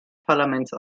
parlaments